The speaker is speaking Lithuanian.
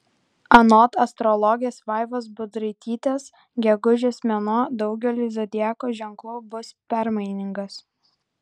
anot astrologės vaivos budraitytės gegužės mėnuo daugeliui zodiako ženklų bus permainingas